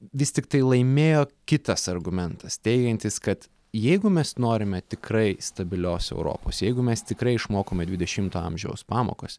vis tiktai laimėjo kitas argumentas teigiantis kad jeigu mes norime tikrai stabilios europos jeigu mes tikrai išmokome dvidešimto amžiaus pamokas